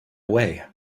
away